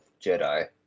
Jedi